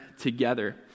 together